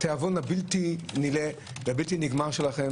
הבלתי-נלאה והבלתי-נגמר שלכם